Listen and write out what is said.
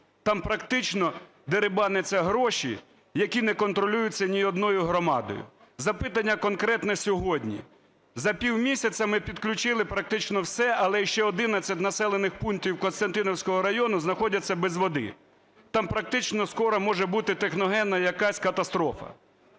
Там практично дерибаняться гроші, які не контролюються ні одною громадою. Запитання конкретне сьогодні. За півмісяця ми підключили практично все, але ще 11 населених пунктів Костянтинівського району знаходяться без води, там практично скоро може бути техногенна якась катастрофа.